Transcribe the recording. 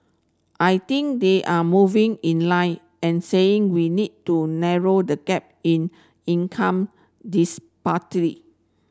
I think they are moving in line and saying we need to narrow the gap in income